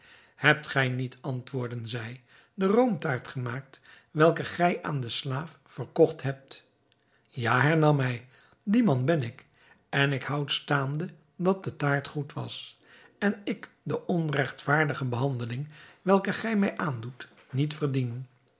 hebt gij niet antwoordden zij de roomtaart gemaakt welke gij aan dezen slaaf verkocht hebt ja hernam hij die man ben ik en ik houd staande dat de taart goed was en ik de onregtvaardige behandeling welke gij mij aandoet niet verdien